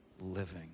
living